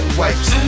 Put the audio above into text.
wipes